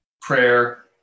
prayer